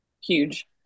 huge